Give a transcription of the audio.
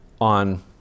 on